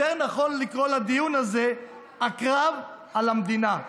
יותר נכון לקרוא לדיון הזה "הקרב על המדינה".